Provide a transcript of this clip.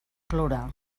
plorar